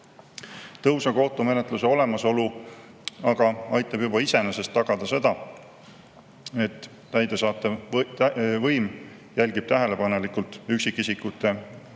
Tõhusa kohtumenetluse olemasolu aga aitab juba iseenesest tagada seda, et täidesaatev võim jälgib tähelepanelikult üksikisikute õigusi.